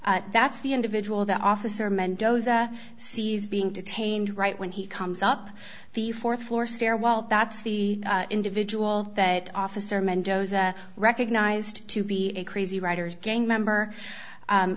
that's the individual that officer mendoza sees being detained right when he comes up the th floor stairwell that's the individual that officer mendoza recognized to be a crazy writers gang member